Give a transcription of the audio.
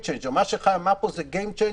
מה שחיים אמר פה זה game changer,